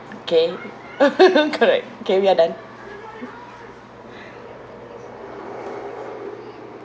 okay correct okay we are done